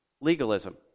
legalism